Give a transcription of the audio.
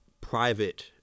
private